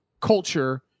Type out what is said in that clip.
culture